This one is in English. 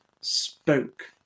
spoke